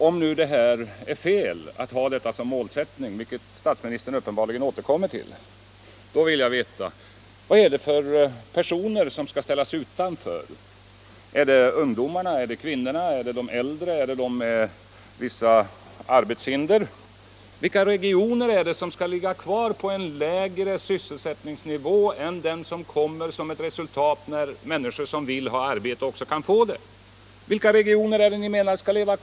Om det nu är fel att ha detta som målsättning, vilket statsministern uppenbarligen återkommer till, så vill jag veta: Vad är det för personer som skall ställas utanför? Är det ungdomarna? Är det kvinnorna? Är det de äldre? Är det de som har vissa arbetshinder? Vilka regioner är det som skall ligga kvar på en lägre sysselsättningsnivå än den som kommer som ett resultat av att människor som vill ha arbete också kan få det?